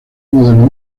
modelo